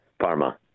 Parma